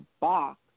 box